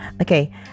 Okay